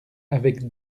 avec